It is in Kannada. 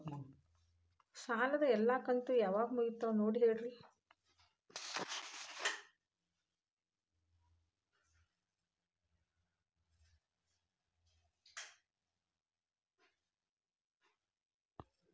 ಸಾಲದ ಎಲ್ಲಾ ಕಂತು ಯಾವಾಗ ಮುಗಿತಾವ ನೋಡಿ ಹೇಳ್ರಿ